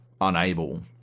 unable